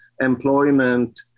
employment